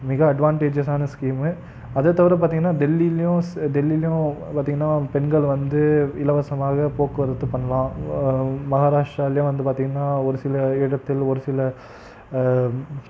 மிக அட்வான்டேஜஸான ஸ்கீமு அதை தவிர பார்த்திங்கன்னா டெல்லிலேயும் சே டெல்லிலேயும் பார்த்திங்கன்னா பெண்கள் வந்து இலவசமாக போக்குவரத்து பண்ணலாம் மஹாராஷ்டிராலேயும் வந்து பார்த்திங்கன்னா ஒரு சில இடத்தில் ஒரு சில